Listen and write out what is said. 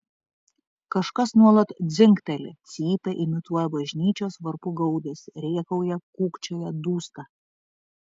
kažkas nuolat dzingteli cypia imituoja bažnyčios varpų gaudesį rėkauja kūkčioja dūsta